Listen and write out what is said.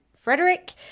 Frederick